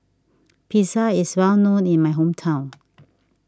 Pizza is well known in my hometown